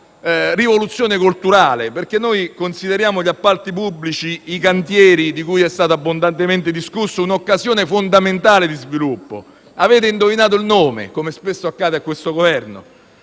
di rivoluzione culturale, perché consideriamo gli appalti pubblici - i cantieri, di cui si è abbondantemente discusso - un'occasione fondamentale di sviluppo. Avete indovinato il nome - come spesso accade a questo Governo